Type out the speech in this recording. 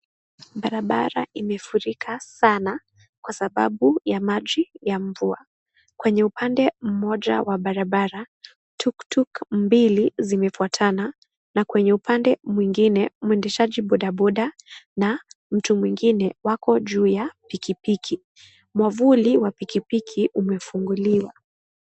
Barabara imefurika sana, kwa sababu ya maji ya mvua. Kwenye upande mmoja wa barabara, tuktuk mbili zimefuatana na kwenye upande mwingine, mwendeshaji bodaboda na mtu mwingine wako juu ya pikipiki. Mwavuli wa pikipiki umefunguliwa.